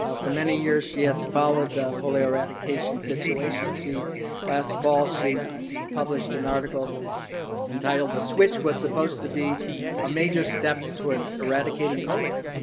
ah for many years, she has followed the polio eradication situation. she last fall she published an article entitled the switch was supposed to be a major step toward eradicating polio.